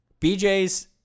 BJ's